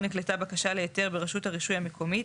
נקלטה בקשה להיתר ברשות הרישוי המקומית,